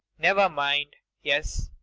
never mind. yes.